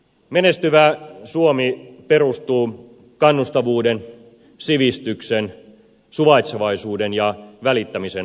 menestyvä suomi perustuu kannustavuuden sivistyksen suvaitsevaisuuden ja välittämisen arvoille